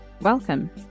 Welcome